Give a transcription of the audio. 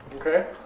Okay